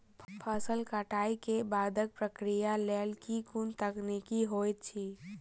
फसल कटाई केँ बादक प्रक्रिया लेल केँ कुन तकनीकी होइत अछि?